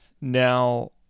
now